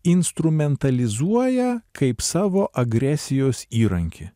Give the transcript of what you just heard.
instrumentalizuoja kaip savo agresijos įrankį